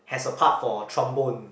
has a part for trombone